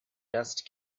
dust